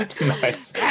Nice